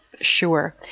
Sure